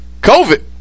COVID